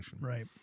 right